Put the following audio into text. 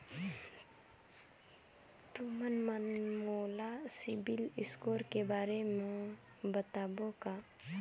तुमन मन मोला सीबिल स्कोर के बारे म बताबो का?